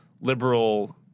liberal